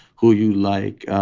who you like,